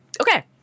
okay